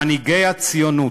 מנהיגי הציונות,